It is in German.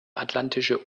atlantische